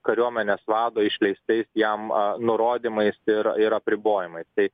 kariuomenės vado išleistais jam nurodymais ir ir apribojimais tai